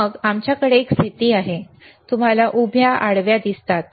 मग आमच्याकडे एक स्थिती आहे तुम्हाला उभ्या आडव्या दिसतात